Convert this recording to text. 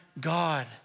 God